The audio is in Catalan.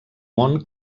món